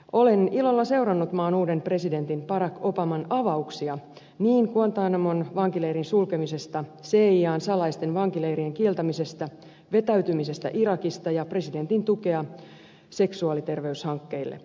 olen ilolla seurannut maan uuden presidentin barack obaman avauksia niin guantanamon vankileirin sulkemisesta cian salaisten vankileirien kieltämisestä irakista vetäytymisestä kuin presidentin tukea seksuaaliterveyshankkeille